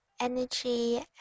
energy